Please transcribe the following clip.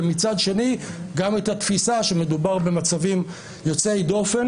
ומצד שני גם את התפיסה כאשר מדובר במצבים יוצאי דופן